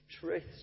truths